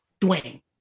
Dwayne